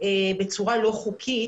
בצורה לא חוקית